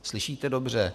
A slyšíte dobře.